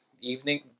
evening